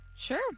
Sure